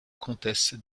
comtesse